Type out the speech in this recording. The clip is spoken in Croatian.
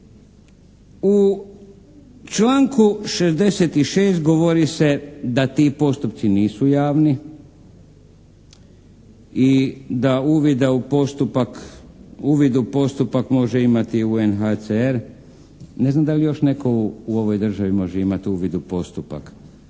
U članku 66. govori se da ti postoci nisu javni i da uvid u postupak može imati UNHCR, ne znam da li još netko u ovoj državi može imati uvid u postupak.